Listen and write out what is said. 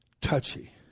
touchy